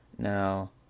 Now